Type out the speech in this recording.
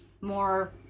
more